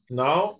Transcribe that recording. now